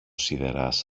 σιδεράς